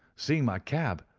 seeing my cab,